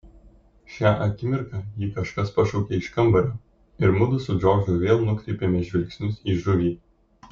šią akimirką jį kažkas pašaukė iš kambario ir mudu su džordžu vėl nukreipėme žvilgsnius į žuvį